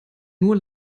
nur